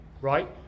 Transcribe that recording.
right